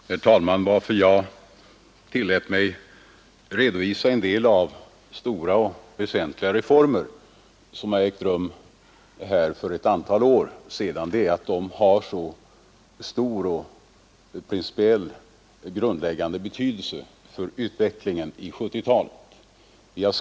Herr talman! Att jag tillät mig redovisa en del av de väsentliga reformer som har ägt rum för ett antal år sedan berodde på att de har så stor och principiellt grundläggande betydelse för utvecklingen under 1970-talet.